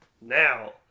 Now